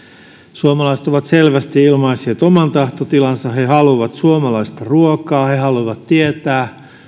suomalaiset ovat selvästi ilmaisseet oman tahtotilansa he he haluavat suomalaista ruokaa he haluavat tietää